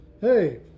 Hey